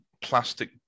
plastic